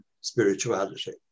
spirituality